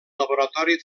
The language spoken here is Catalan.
laboratori